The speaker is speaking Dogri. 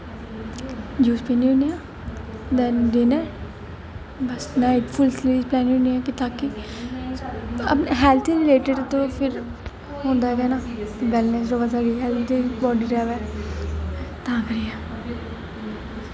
जूस पीन्नी होनी आं देन बस नाईट फ्ही जूस पी लैन्नी होनी आं कि ताकि हेल्थ दे रिलेटिड ते फिर होंदा गै ना बैलेंस र'वै हेल्थी साढ़ी बॉडी र'वै तां करियै